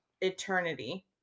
eternity